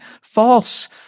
false